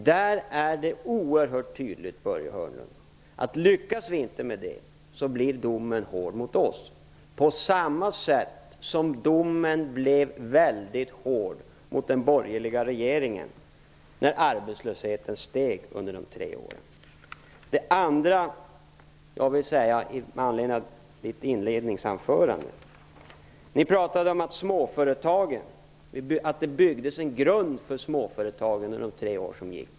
Det är oerhört tydligt, Börje Hörnlund, att om vi inte lyckas med det, blir domen hård mot oss på samma sätt som domen blev väldigt hård mot den borgerliga regeringen när arbetslösheten steg under dess tre år. Börje Hörnlund talade i sitt inledningsanförande om att det byggdes en grund för småföretagen under de borgerliga tre åren.